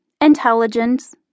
intelligence